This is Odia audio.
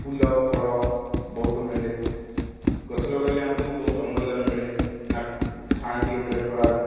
ଫୁଲ ଫଳ ବହୁତ ମିଳେ ଗଛ ଲଗେଇଲେ ଆମକୁ ବହୁତ ଅମ୍ଳଜାନ ମିଳେ ନା ଛାଇଁ ଟିକିଏ ମିଳେ ଖରାରୁ